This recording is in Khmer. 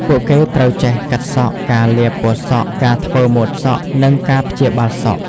ពួកគេត្រូវចេះកាត់សក់ ការលាបពណ៌សក់ ការធ្វើម៉ូដសក់ និងការព្យាបាលសក់។